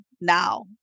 Now